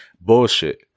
bullshit